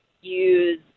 use